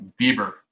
bieber